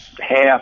half